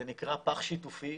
זה נקרא פח שיתופי.